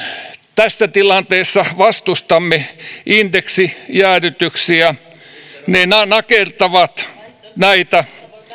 tässä tilanteessa vastustamme indeksijäädytyksiä ne ne nakertavat näitä